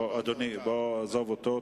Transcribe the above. אדוני, עזוב אותו.